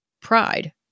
pride